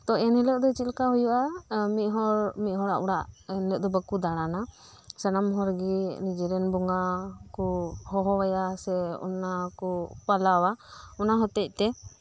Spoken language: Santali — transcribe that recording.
ᱛᱚ ᱮᱱᱦᱤᱞᱚᱜ ᱫᱚ ᱪᱮᱫ ᱞᱮᱠᱟ ᱦᱳᱭᱳᱜᱼᱟ ᱢᱤᱫᱦᱚᱲ ᱢᱤᱫᱦᱚᱲᱟᱜ ᱚᱲᱟᱜ ᱮᱱᱦᱤᱞᱟᱹᱜ ᱫᱚ ᱵᱟᱠᱚ ᱫᱟᱲᱟᱱᱟ ᱥᱟᱱᱟᱢ ᱦᱚᱲᱜᱮ ᱱᱤᱡᱮᱨᱮᱱ ᱵᱚᱸᱜᱟ ᱠᱚ ᱦᱚᱦᱚᱣᱟᱭᱟ ᱥᱮ ᱚᱱᱟᱠᱚ ᱯᱟᱞᱟᱣᱟ ᱚᱱᱟᱦᱚᱛᱮᱫ ᱛᱮ